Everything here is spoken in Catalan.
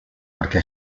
perquè